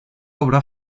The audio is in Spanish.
obra